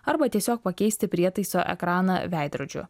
arba tiesiog pakeisti prietaiso ekraną veidrodžiu